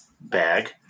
bag